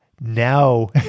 now